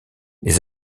les